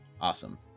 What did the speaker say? Awesome